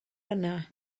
yna